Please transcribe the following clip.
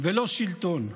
ולא שלטון.